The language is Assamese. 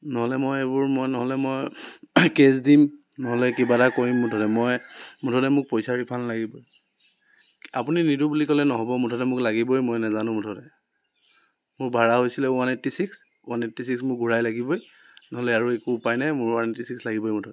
নহ'লে মই এইবোৰ মই নহ'লে মই কেছ দিম নহ'লে কিবা এটা কৰিম মুঠতে মই মুঠতে মোক পইচা ৰিফাণ্ড লাগিবই আপুনি নিদোঁ বুলি ক'লে নহ'ব মুঠতে মোক লাগিবই মুঠতে মই নেজানো মুঠতে মোৰ ভাড়া হৈছিলে one eighty six one eighty six মোক ঘূৰাই লাগিবই নহ'লে আৰু একো উপায় নাই মোক ওৱান এইটি ছিক্স লাগিবই মুঠতে